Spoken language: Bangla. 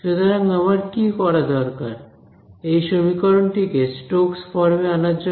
সুতরাংআমার কী করা দরকার এই সমীকরণটিকে স্টোক্স ফর্মে আনার জন্য